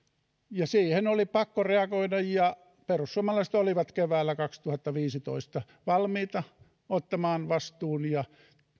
ja siihen oli pakko reagoida perussuomalaiset olivat keväällä kaksituhattaviisitoista valmiita ottamaan vastuun ja